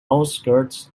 outskirts